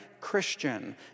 Christian